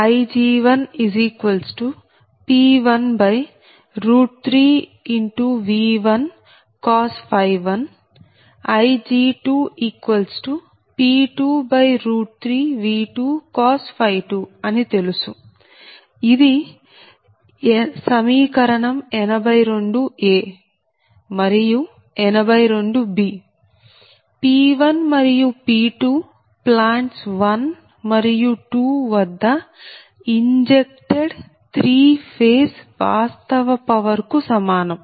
Ig1P13V11 Ig2P23V22 అని తెలుసు ఇది సమీకరణం 82 మరియు 82 P1మరియు P2 ప్లాంట్స్ 1 మరియు 2 వద్ద ఇంజెక్ట్డ్ 3 ఫేజ్ వాస్తవ పవర్ కు సమానం